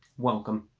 welcome